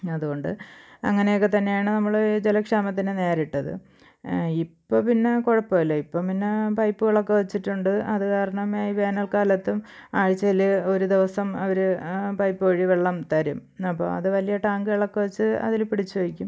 അതുകൊണ്ട് അങ്ങനെയൊക്കെ തന്നെയാണ് നമ്മൾ ജലക്ഷാമത്തിനെ നേരിട്ടത് ഇപ്പം പിന്നെ കുഴപ്പമില്ല ഇപ്പം പിന്നെ പൈപ്പുകളൊക്കെ വെച്ചിട്ടുണ്ട് അത് കാരണം ഈ വേനല് കാലത്തും ആഴ്ചയിൽ ഒരു ദിവസം അവർ ആ പൈപ്പ് വഴി വെള്ളം തരും അപ്പോൾ അത് വലിയ ടാങ്കുകളൊക്കെ വെച്ച് അതിൽ പിടിച്ചു വയ്ക്കും